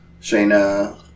Shayna